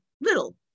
little